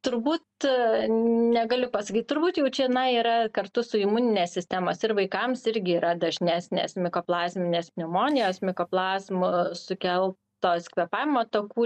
turbūt a negaliu pasakyt turbūt jau čia na yra kartu su imunine sistema ir vaikams irgi yra dažnesnės mikoplazminės pneumonijos mikoplazmų sukeltos kvėpavimo takų